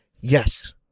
yes